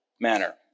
manner